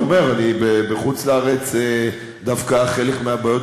אני אומר: בחוץ-לארץ דווקא חלק מהבעיות